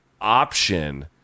option